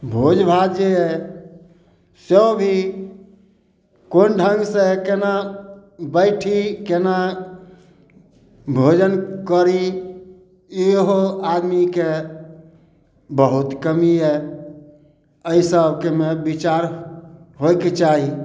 भोज भात जे अइ सब ई कोन ढङ्गसँ केना बैठी केना भोजन करी इहो आदमीके बहुत कमी यऽ अइ सबमे विचार होइके चाही